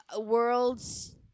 world's